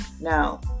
now